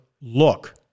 Look